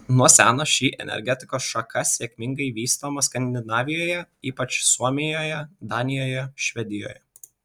nuo seno ši energetikos šaka sėkmingai vystoma skandinavijoje ypač suomijoje danijoje švedijoje